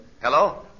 hello